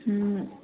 ہوں